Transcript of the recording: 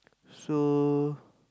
so